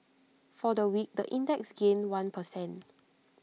for the week the index gained one per cent